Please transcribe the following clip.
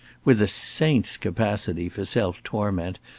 with a saint's capacity for self-torment,